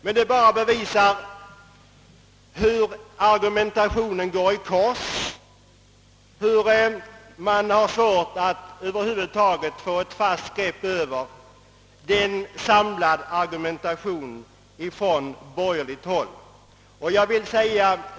Detta bevisar bara hur argumentationen går i kors och hur svårt man över huvud taget har att få en samlad argumentation på borgerligt håll.